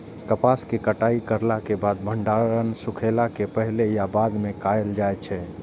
कपास के कटाई करला के बाद भंडारण सुखेला के पहले या बाद में कायल जाय छै?